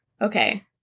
okay